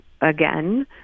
again